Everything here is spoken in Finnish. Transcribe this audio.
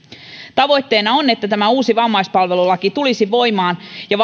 tavoitteena on että tämä uusi vammaispalvelulaki tulisi voimaan ja